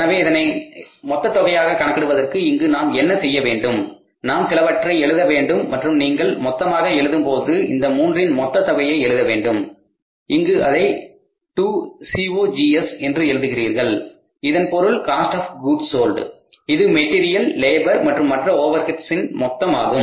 எனவே இதனை மொத்தத் தொகையாக கணக்கிடுவதற்கு இங்கு நாம் என்ன செய்ய வேண்டும் நாம் சிலவற்றை எழுத வேண்டும் மற்றும் நீங்கள் மொத்தமாக எழுதும்பொழுது இந்த மூன்றின் மொத்தத் தொகையை எழுதவேண்டும் இங்கு அதை To COGS என்று எழுதுகின்றீர்கள் இதன் பொருள் காஸ்ட் ஆப் கூட்ஸ் சோல்ட் இது மெடீரியால் லேபர் மற்றும் மற்ற ஓவர்ஹெட்ஸ்ன் மொத்தம் ஆகும்